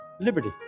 liberty